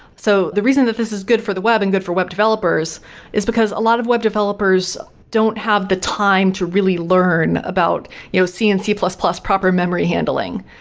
so, the reason that this is good for the web and good for web developers is because a lot of web developers don't have the time to really learn about you know c and c plus plus proper memory handling.